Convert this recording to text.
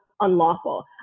unlawful